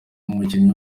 umukinnyi